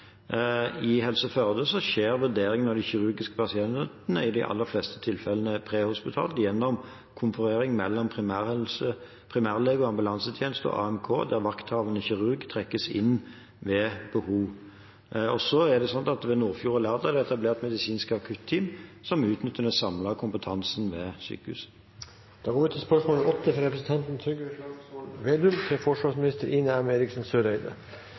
I Helse Førde skjer vurderingene av de kirurgiske pasientene i de aller fleste tilfellene prehospitalt, gjennom konferering mellom primærlege, ambulansetjeneste og AMK, der vakthavende kirurg trekkes inn ved behov. Ved Nordfjord og Lærdal er det etablert medisinske akutteam som utnytter den samlede kompetansen ved sykehusene. Spørsmålet mitt starter med et sitat fra